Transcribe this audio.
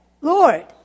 Lord